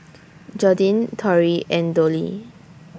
Jordyn Torrey and Dollie